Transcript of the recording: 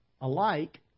alike